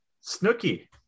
Snooky